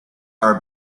are